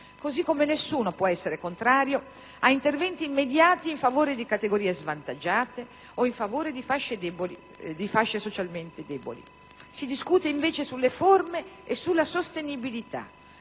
Così come nessuno può essere contrario ad interventi immediati in favore di categorie svantaggiate o in favore di fasce sociali deboli. Si discute invece sulle forme e sulla sostenibilità.